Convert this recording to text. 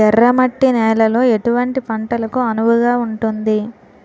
ఎర్ర మట్టి నేలలో ఎటువంటి పంటలకు అనువుగా ఉంటుంది?